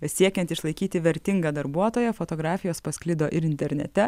siekiant išlaikyti vertingą darbuotoją fotografijos pasklido ir internete